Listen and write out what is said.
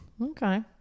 Okay